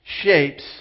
shapes